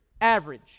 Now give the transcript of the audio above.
average